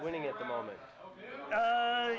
winning at the moment